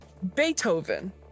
beethoven